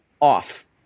off